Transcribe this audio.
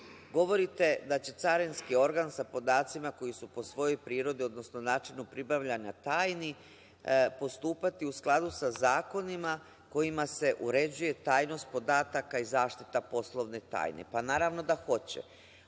Govorite da će carinski organ sa podacima koji su po svojoj prirodi, odnosno načinu pribavljanja tajni postupati u skladu sa zakonima kojima se uređuje tajnost podataka i zaštita poslovne tajne. Naravno da hoće. Ovde